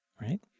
right